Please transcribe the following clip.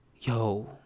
Yo